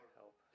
help